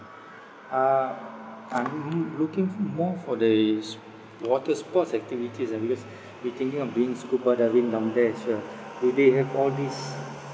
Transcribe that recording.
uh I'm m~ looking f~ more for the s~ water sports activities ah because we thinking of doing scuba diving down there as well do they have all these